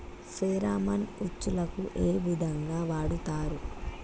Pheromone ఉచ్చులకు ఏ విధంగా వాడుతరు?